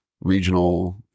regional